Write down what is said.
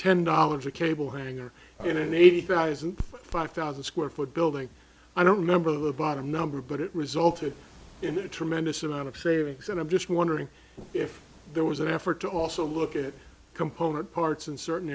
ten dollars a cable hanger you know maybe five thousand square foot building i don't remember the bottom number but it resulted in a tremendous amount of savings and i'm just wondering if there was an effort to also look at component parts in certain